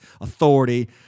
authority